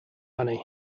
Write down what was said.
money